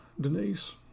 Denise